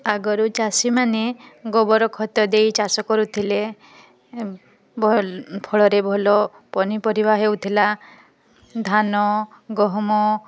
ଆଗରୁ ଚାଷୀମାନେ ଗୋବର ଖତ ଦେଇ ଚାଷ କରୁଥିଲେ ଫଳରେ ଭଲ ପନିପରିବା ହେଉଥିଲା ଧାନ ଗହମ